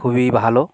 খুবই ভালো